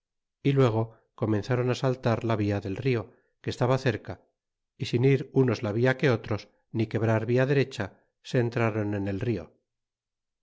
y luego comenzaron á saltar la via del rio que estaba cerca y sin ir unos la via que otros ni quebrar via derecha se entraron en el rio